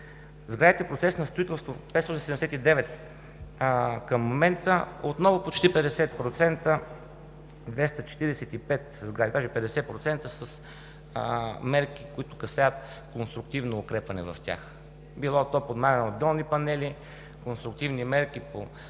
Сградите в процес на строителство са 579, към момента отново почти 50% – 245 сгради, даже 50%, са с мерки, които касаят конструктивно укрепване в тях, било подмяна на долни панели, конструктивни мерки по